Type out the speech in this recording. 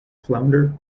flounder